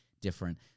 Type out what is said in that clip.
different